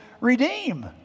redeem